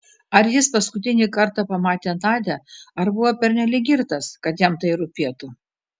ar jis paskutinį kartą pamatė nadią ar buvo pernelyg girtas kad jam tai rūpėtų